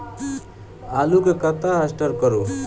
आलु केँ कतह स्टोर करू?